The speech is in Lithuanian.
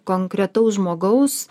konkretaus žmogaus